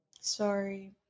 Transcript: Sorry